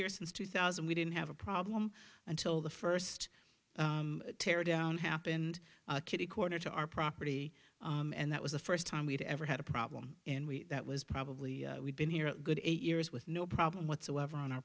here since two thousand we didn't have a problem until the first tear down happened kitty corner to our property and that was the first time we'd ever had a prop and we that was probably we've been here a good eight years with no problem whatsoever on our